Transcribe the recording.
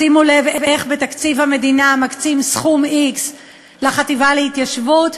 שימו לב איך בתקציב המדינה מקצים סכום x לחטיבה להתיישבות,